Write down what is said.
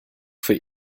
für